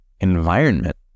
environment